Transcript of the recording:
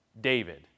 David